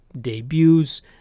debuts